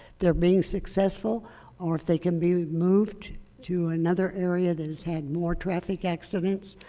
they're being successful or if they can be moved to another area that has had more traffic accidents.